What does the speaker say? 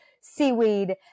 seaweed